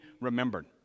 remembered